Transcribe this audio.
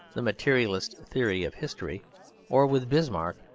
the materialist theory of history or, with bismarck,